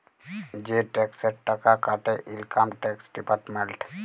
যে টেকসের টাকা কাটে ইলকাম টেকস ডিপার্টমেল্ট